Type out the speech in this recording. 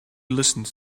listened